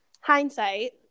hindsight